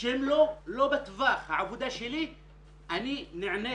שהם לא בטווח העבודה שלי אני נענה